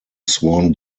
sworn